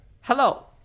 Hello